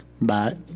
Bye